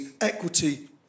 equity